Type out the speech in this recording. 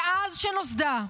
מאז שנוסדה.